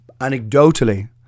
anecdotally